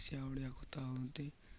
ସେ ଆ ଓଡ଼ିଆ କଥା ହୁଅନ୍ତି